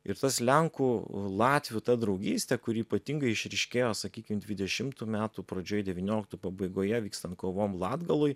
ir tas lenkų latvių ta draugystė kuri ypatingai išryškėjo sakykim dvidešimtų metų pradžioj devynioliktų pabaigoje vykstant kovom latgaloj